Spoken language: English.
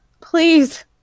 Please